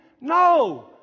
No